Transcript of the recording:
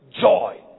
joy